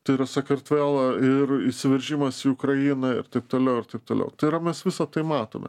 tai yra sakartvelą ir įsiveržimas į ukrainą ir taip toliau ir taip toliau tai yra mes visa tai matome